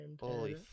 Holy